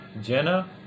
Jenna